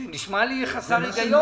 זה נשמע לי חסר היגיון.